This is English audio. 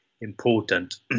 important